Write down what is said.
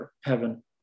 heaven